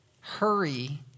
hurry